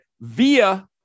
via